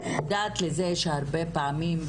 אני מודעת לזה שהרבה פעמים,